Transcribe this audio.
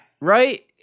right